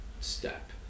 step